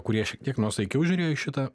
kurie šiek tiek nuosaikiau žiūrėjo į šitą